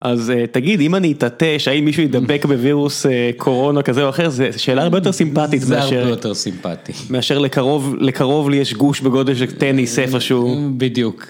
אז תגיד אם אני אתעטש האם מישהו ידבק בווירוס קורונה כזה או אחר זו שאלה הרבה יותר סימפטית מאשר. זה הרבה יותר סימפטי. מאשר לקרוב לי יש גוש בגודל של טניס איפה שהוא. בדיוק.